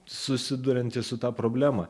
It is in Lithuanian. susiduriantys su ta problema